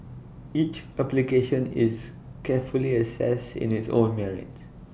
each application is carefully assessed in its own merits